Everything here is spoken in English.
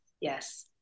Yes